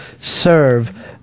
serve